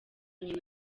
nyina